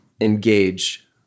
engage